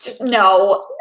No